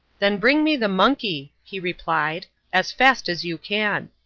then bring me the monkey, he replied, as fast as you can.